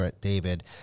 david